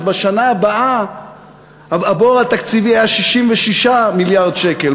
אז בשנה הבאה הבור התקציבי היה 66 מיליארד שקל.